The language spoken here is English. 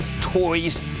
toys